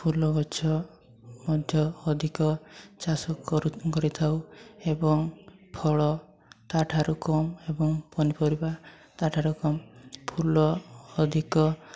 ଫୁଲ ଗଛ ମଧ୍ୟ ଅଧିକ ଚାଷ କରିଥାଉ ଏବଂ ଫଳ ତା ଠାରୁ କମ୍ ଏବଂ ପନିପରିବା ତା ଠାରୁ କମ୍ ଫୁଲ ଅଧିକ